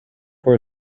for